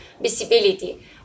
visibility